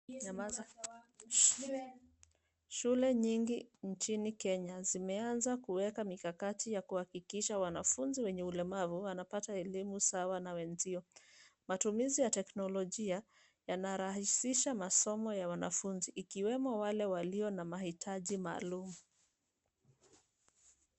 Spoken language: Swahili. Shule nyingi nchini Kenya zimeanza kuweka mikakati ya kuhakikisha wanafunzi wenye ulemavu wanapata elimu sawa na wenzio. Matumizi ya teknolojia yanarahihisha masomo ya wanafunzi ikiwemo wale walio na mahitaji maalum.